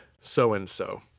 So-and-so